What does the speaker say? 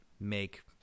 make